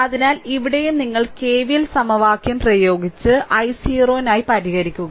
അതിനാൽ ഇവിടെയും നിങ്ങൾ K V L സമവാക്യം പ്രയോഗിച്ച് i0 നായി പരിഹരിക്കുക